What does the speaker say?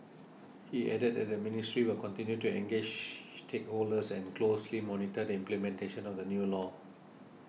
he added that the ministry will continue to engage stakeholders and closely monitor the implementation of the new law